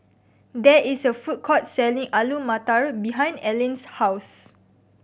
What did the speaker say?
there is a food court selling Alu Matar behind Aylin's house